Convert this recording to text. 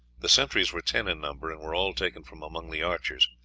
the sentries were ten in number, and were all taken from among the archers.